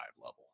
level